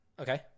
Okay